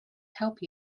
help